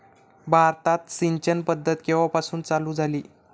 भारतात सिंचन पद्धत केवापासून चालू झाली?